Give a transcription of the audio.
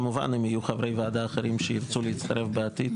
כמובן אם יהיו חברי ועדה אחרים שירצו להצטרף בעתיד,